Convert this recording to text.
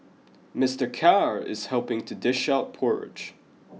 Mister Khair is helping to dish out porridge